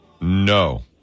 No